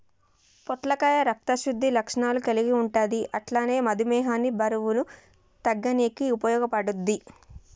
పొట్లకాయ రక్త శుద్ధి లక్షణాలు కల్గి ఉంటది అట్లనే మధుమేహాన్ని బరువు తగ్గనీకి ఉపయోగపడుద్ధి